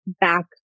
back